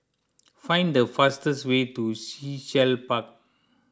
find the fastest way to Sea Shell Park